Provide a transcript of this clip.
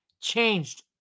changed